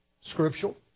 scriptural